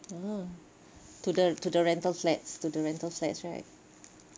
ah to the to the rental flats to the rental flats right